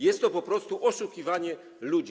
Jest to po prostu oszukiwanie ludzi.